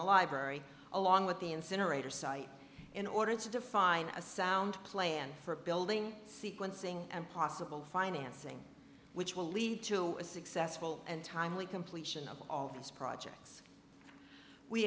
the library along with the incinerator site in order to define a sound plan for building sequencing and possible financing which will lead to a successful and timely completion of all of these projects we